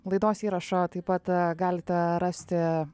laidos įrašą taip pat galite rasti